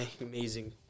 Amazing